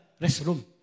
restroom